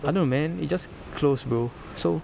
I don't know man it just closed bro so